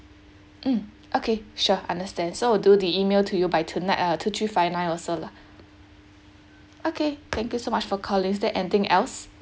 mm okay sure understand so we'll do the email to you by tonight lah two three five nine also lah okay thank you so much for calling is there anything else